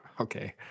okay